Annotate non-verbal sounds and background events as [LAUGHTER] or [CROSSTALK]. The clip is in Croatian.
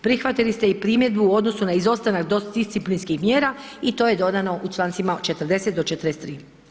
Prihvatili ste i primjedbu u odnosu na izostanak ... [UNINTELLIGIBLE] disciplinskih mjera i to je dodano u člancima od 40. do 43.